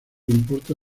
importa